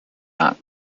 not